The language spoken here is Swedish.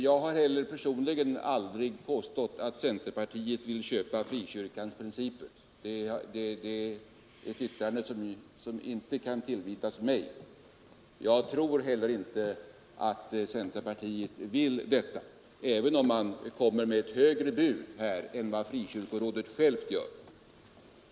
Jag har heller aldrig personligen påstått att centerpartiet vill köpa frikyrkans principer. Det är ett yttrande som inte kan tillvitas mig. Jag tror heller inte att centerpartiet har sådana avsikter, även om det här lägger fram ett högre bud än vad Frikyrkorådet självt gör.